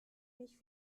mich